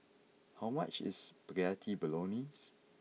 how much is Spaghetti Bolognese